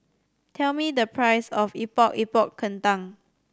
tell me the price of Epok Epok Kentang